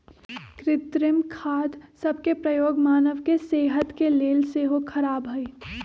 कृत्रिम खाद सभ के प्रयोग मानव के सेहत के लेल सेहो ख़राब हइ